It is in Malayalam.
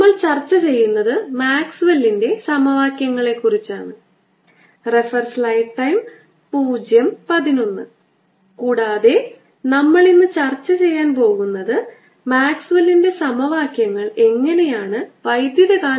നമ്മൾ അസൈൻമെന്റ് നമ്പർ 1 പരിഹരിക്കുന്നു ഈ ട്യൂട്ടോറിയൽ നമ്മൾ പ്രശ്നം 4 മുതൽ പ്രശ്നം 9 വരെ പരിഹരിക്കും